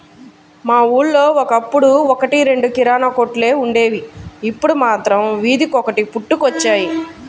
మా ఊళ్ళో ఒకప్పుడు ఒక్కటి రెండు కిరాణా కొట్లే వుండేవి, ఇప్పుడు మాత్రం వీధికొకటి పుట్టుకొచ్చాయి